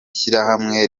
shyirahamwe